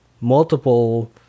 multiple